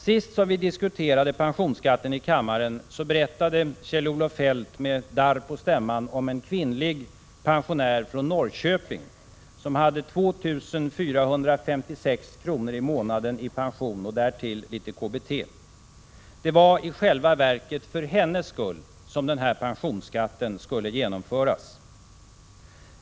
När vi senast diskuterade pensionsskatten i kammaren berättade Kjell Olof Feldt med darr på stämman om en kvinnlig pensionär från Norrköping som hade 2 456 kr. i månaden i pension, och därtill litet KBT. Det var i själva verket för hennes skull som den här pensionsskatten skulle införas.